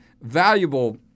valuable